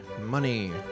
Money